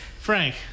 Frank